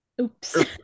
oops